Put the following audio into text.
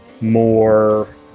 more